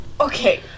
okay